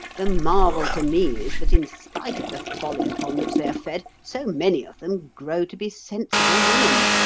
the marvel to me is that, in spite of the folly upon which they are fed, so many of them grow to be sensible women.